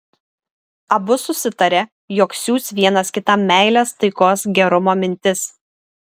abu susitarė jog siųs vienas kitam meilės taikos gerumo mintis